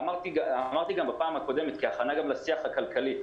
ואמרתי גם בפעם הקודמת כהכנה גם לשיח הכלכלי,